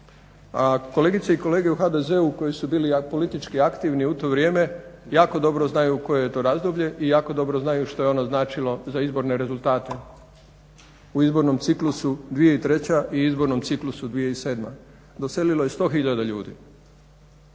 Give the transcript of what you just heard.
kolegice i kolege u HDZ-u koji su bili politički aktivni u to vrijeme jako dobro znaju koje je to razdoblje i jako dobro znaju što je ono značilo za izborne rezultate, u izbornom ciklusu 2003. i izbornom ciklusu 2007., doselilo je 100 000 ljudi